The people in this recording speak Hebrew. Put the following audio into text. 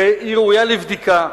והיא ראויה לבדיקה.